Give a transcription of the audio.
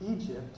Egypt